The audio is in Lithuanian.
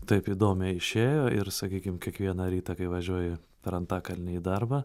taip įdomiai išėjo ir sakykim kiekvieną rytą kai važiuoji per antakalnį į darbą